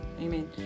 amen